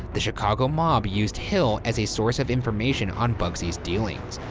the chicago mob used hill as a source of information on bugsy's dealings.